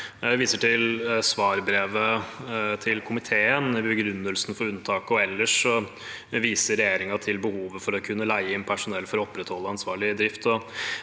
Jeg viser til svarbrevet til komiteen. I begrunnelsen for unntaket og ellers viser regjeringen til behovet for å kunne leie inn personell for å opprettholde ansvarlig drift.